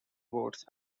votes